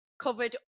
covered